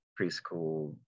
preschool